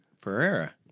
Pereira